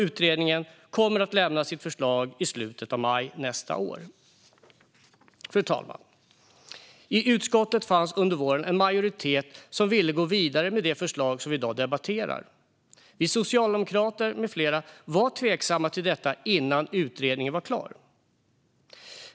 Utredningen kommer att lämna sitt förslag i slutet av maj nästa år. Fru talman! I utskottet fanns under våren en majoritet som ville gå vidare med det förslag som vi i dag debatterar. Vi socialdemokrater med flera var tveksamma till att göra detta innan utredningen var klar.